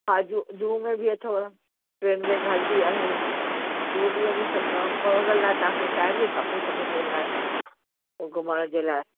हा जू जू में बि अथव ट्रेन व्रेन हलंदी आहे जू बि वञी सघंदा आहियो पर हुन लाइ तव्हांखे टाइम ई खपे सभिनी जे लाइ घुमण जे लाइ